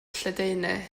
lledaenu